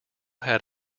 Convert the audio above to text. had